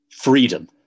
Freedom